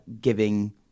giving